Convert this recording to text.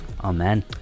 Amen